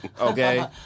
okay